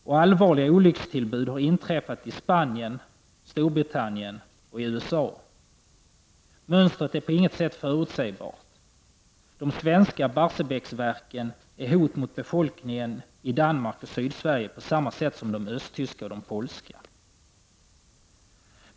Och allvarliga olyckstillbud har inträffat i Spanien, Storbritannien och USA. Mönstret är på inget sätt förutsägbart. De svenska Barsebäcksverken är ett hot mot befolkningen i Danmark och Sydsverige på samma sätt som de östtyska och polska kärnkraftverken.